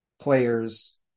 players